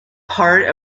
part